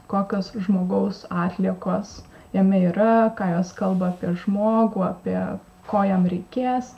kokios žmogaus atliekos jame yra ką jos kalba apie žmogų apie ko jam reikės